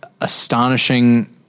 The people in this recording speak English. astonishing